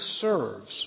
serves